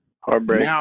Heartbreak